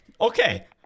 Okay